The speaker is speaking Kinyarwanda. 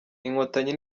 inkotanyi